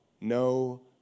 no